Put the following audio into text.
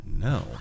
No